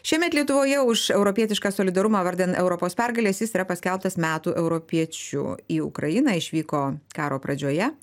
šiemet lietuvoje už europietišką solidarumą vardan europos pergalės jis yra paskelbtas metų europiečiu į ukrainą išvyko karo pradžioje